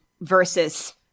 versus